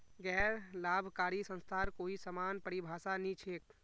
गैर लाभकारी संस्थार कोई समान परिभाषा नी छेक